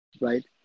right